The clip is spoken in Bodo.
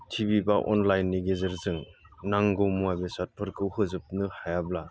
टिभि बा अनलाइननि गेजेरजों नांगौ मुवा बेसादफोरखौ होजोबनो हायाब्ला